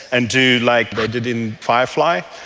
and do like they did in firefly,